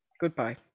goodbye